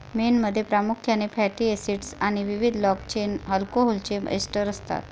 मेणमध्ये प्रामुख्याने fatty acids आणि विविध लाँग चेन अल्कोहोलचे एस्टर असतात